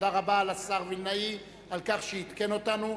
תודה רבה לשר וילנאי על כך שעדכן אותנו.